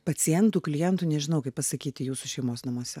pacientų klientų nežinau kaip pasakyti jūsų šeimos namuose